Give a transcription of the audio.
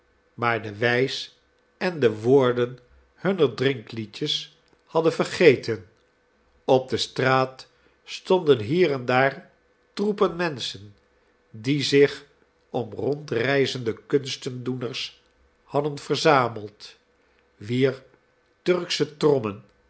maar de wijs en de woorden hurmer drinkliedjes hadden veigeten op de straat stonden hier en daar troepen menschen die zich om rondreizende kunstendoeners hadden verzameld wier turksche trommen